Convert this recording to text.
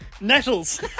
nettles